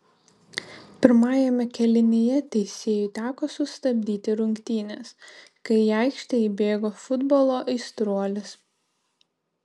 pirmajame kėlinyje teisėjui teko sustabdyti rungtynes kai į aikštę įbėgo futbolo aistruolis